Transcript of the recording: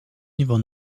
van